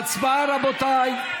הצבעה, רבותיי.